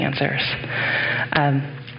answers